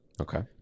okay